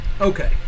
Okay